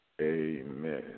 amen